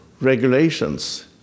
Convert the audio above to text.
regulations